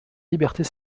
libertés